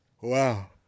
Wow